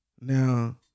Now